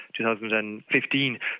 2015